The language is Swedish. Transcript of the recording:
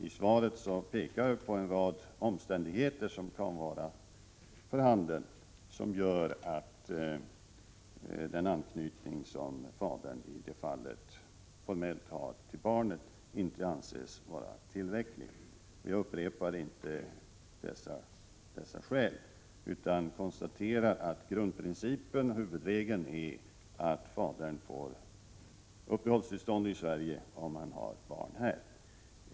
I svaret pekar jag ju på en rad omständigheter som kan vara för handen och som gör att den anknytning som fadern i detta fall formellt har till barnet inte anses vara tillräcklig. Jag upprepar inte dessa skäl, utan konstaterar att grundprincipen och huvudregeln är att fadern får uppehållstillstånd i Sverige, om han har barn här.